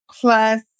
plus